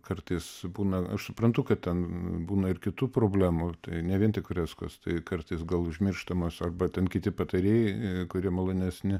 kartais būna aš suprantu kad ten būna ir kitų problemų tai ne vien tik freskos tai kartais gal užmirštamas arba ten kiti patarėjai kurie malonesni